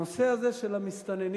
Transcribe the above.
הנושא הזה של המסתננים